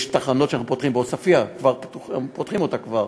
אנחנו פותחים תחנה בעוספיא, פותחים אותה כבר.